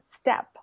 step